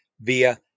via